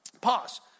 Pause